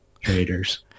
traders